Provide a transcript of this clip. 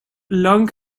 long